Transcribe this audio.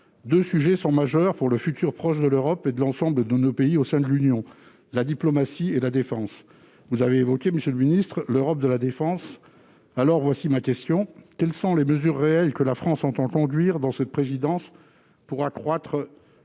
Deux sujets sont majeurs pour l'avenir proche de l'Europe et de l'ensemble de nos pays au sein de l'Union : la diplomatie et la défense. Vous avez évoqué, monsieur le ministre, l'Europe de la défense. Aussi, voici ma question : quelles mesures réelles la France entend-elle prendre durant sa présidence pour accroître